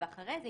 ואחרי זה,